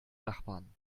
nachbarn